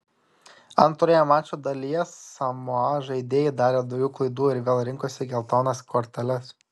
antroje mačo dalyje samoa žaidėjai darė daugiau klaidų ir vėl rinkosi geltonas korteles